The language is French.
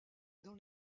dans